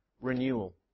renewal